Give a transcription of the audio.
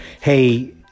hey